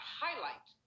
highlight